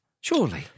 surely